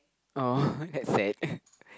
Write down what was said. oh that's sad